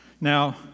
Now